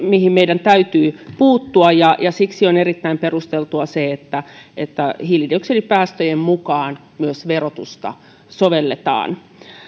mihin meidän täytyy puuttua ja siksi on erittäin perusteltua se että että hiilidioksidipäästöjen mukaan myös verotusta sovelletaan